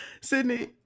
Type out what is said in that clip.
Sydney